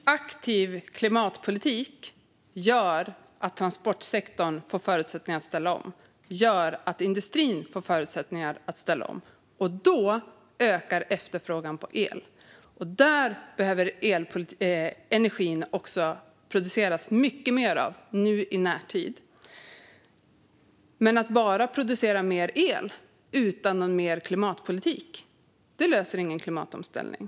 Fru talman! Aktiv klimatpolitik gör att transportsektorn och industrin får förutsättningar att ställa om. Då ökar efterfrågan på el. Det behöver produceras mycket mer av den energin nu i närtid, men att bara producera mer el utan någon mer klimatpolitik löser ingen klimatomställning.